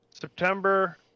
September